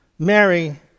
Mary